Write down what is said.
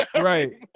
right